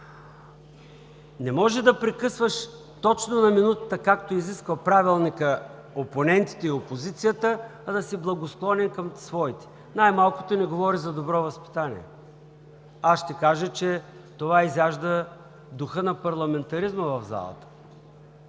Не може да прекъсваш точно на минутата, както изисква Правилникът, опонентите и опозицията, а да си благосклонен към своите, най-малкото не говори за добро възпитание. Аз ще кажа, че това изяжда духа на парламентаризма в залата.